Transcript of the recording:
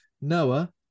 Noah